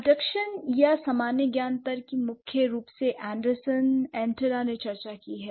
abduction या सामान्य ज्ञान तर्क की मुख्य रूप से एंडरसन एंटिला ने चर्चा की है